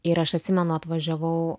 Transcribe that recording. ir aš atsimenu atvažiavau